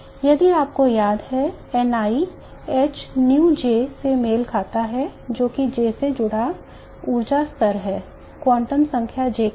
यदि आपको याद है Ni hνJ से मेल खाता है जो कि J से जुड़ा ऊर्जा स्तर है क्वांटम संख्या J के साथ